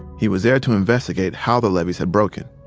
he was there to investigate how the levees had broken.